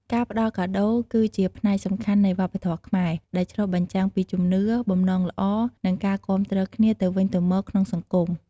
ការផ្តល់កាដូរ គឺជាផ្នែកសំខាន់នៃវប្បធម៌ខ្មែរ ដែលឆ្លុះបញ្ចាំងពីជំនឿ បំណងល្អ និងការគាំទ្រគ្នាទៅវិញទៅមកក្នុងសង្គម។